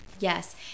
Yes